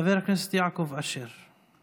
חבר הכנסת יעקב אשר.